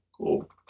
cool